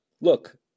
look